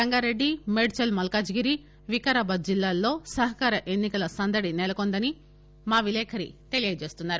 Rangareddy Medchal Malkajgiri Vikarabad జిల్లాల్లో సహకార ఎన్ని కల సందడి నెలకొందని మా విలేకరి తెలియజేస్తున్నారు